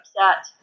upset